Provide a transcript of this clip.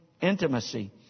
intimacy